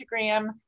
Instagram